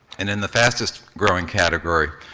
and in the fastest growing category,